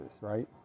right